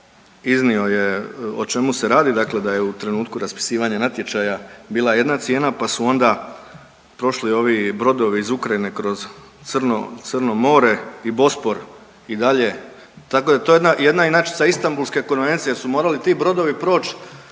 iznio je o čemu se radi, dakle da je u trenutku raspisivanja natječaja bila jedna cijena pa su onda prošli ovi brodovi iz Ukrajine kroz Crno more i Bospor i dalje tako da je to jedna inačica Istanbulske konvencije, da su morali ti brodovi proći